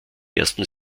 ersten